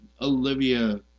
olivia